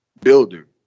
builder